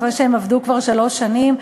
אחרי שהם עבדו כבר שלוש שנים,